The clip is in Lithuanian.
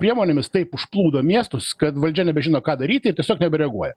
priemonėmis taip užplūdo miestus kad valdžia nebežino ką daryti ir tiesiog nebereaguoja